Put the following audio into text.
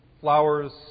Flowers